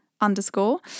underscore